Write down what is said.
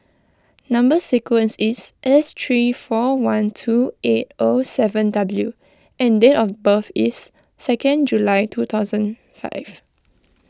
Number Sequence is S three four one two eight O seven W and date of birth is second July two thousand five